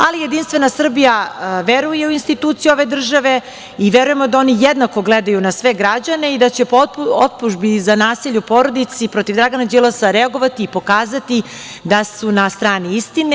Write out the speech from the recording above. Ali, Jedinstvena Srbija veruje u institucije ove države i verujemo da oni jednako gledaju na sve građane i da će povodom optužbi za nasilje u porodici protiv Dragana Đilasa reagovati i pokazati da su na strani istine.